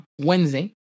Wednesday